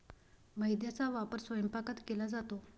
मैद्याचा वापर स्वयंपाकात केला जातो